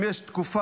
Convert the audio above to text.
אם יש תקופה